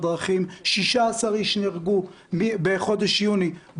16 אנשים נהרגו בדרכים בחודש יוני.